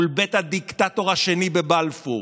מול בית הדיקטטור השני בבלפור.